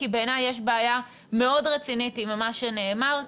כי בעיניי יש בעיה מאוד רצינית עם מה שנאמר כאן.